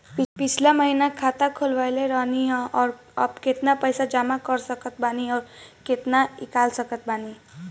पिछला महीना खाता खोलवैले रहनी ह और अब केतना पैसा जमा कर सकत बानी आउर केतना इ कॉलसकत बानी?